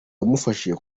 wamufashije